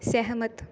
ਸਹਿਮਤ